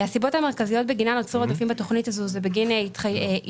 הסיבות המרכזיות בגינן נוצרו עודפים בתוכנית הזאת זה בגין התחייבויות,